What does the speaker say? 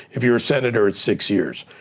if you're a senator, it's six years.